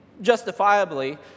justifiably